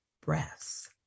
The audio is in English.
breaths